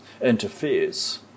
interferes